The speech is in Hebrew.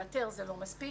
לאתר זה לא מספיק.